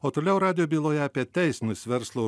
o toliau radijo byloje apie teisinius verslo